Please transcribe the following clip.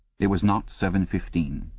it was nought seven fifteen,